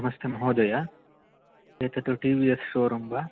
नमस्ते महोदय एतत् टि वि एस् शोरूम् वा